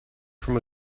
from